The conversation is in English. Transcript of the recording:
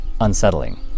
Unsettling